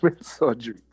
surgery